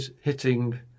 hitting